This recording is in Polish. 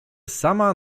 sama